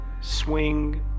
swing